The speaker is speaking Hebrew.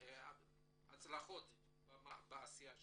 הצלחות בעשייה שלנו.